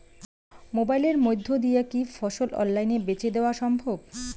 মোবাইলের মইধ্যে দিয়া কি ফসল অনলাইনে বেঁচে দেওয়া সম্ভব?